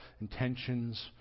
intentions